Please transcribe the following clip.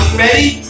ready